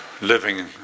living